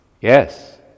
Yes